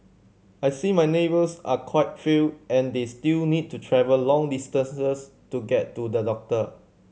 I see my neighbours are quite fail and they still need to travel long distances to get to the doctor